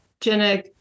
Jenna